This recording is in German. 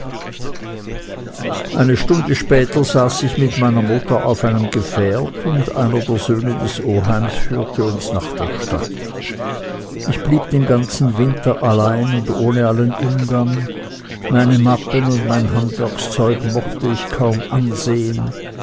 eine stunde später saß ich mit meiner mutter auf einem gefährt und einer der söhne des oheims führte uns nach der stadt ich blieb den ganzen winter allein und ohne allen umgang meine mappen und mein handwerkszeug mochte ich kaum ansehen